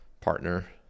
partner